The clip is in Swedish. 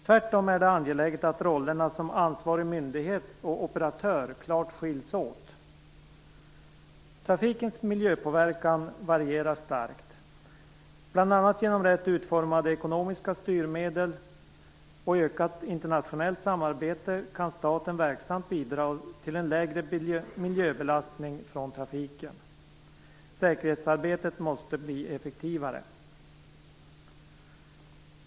Tvärtom är det angeläget att rollerna som ansvarig myndighet och operatör klart skiljs åt. Trafikens miljöpåverkan varierar starkt. Bl.a. genom rätt utformade ekonomiska styrmedel och ökat internationellt samarbete kan staten verksamt bidra till en lägre miljöbelastning från trafiken. Säkerhetsarbetet måste bli effektivare.